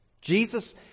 jesus